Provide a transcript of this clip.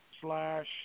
Slash